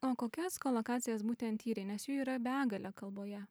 o kokias kolokacijas būtent tyrei nes jų yra begalė kalboje